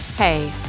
Hey